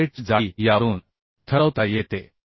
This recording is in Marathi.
त्यामुळे प्लेटची जाडी यावरूनठरवता येते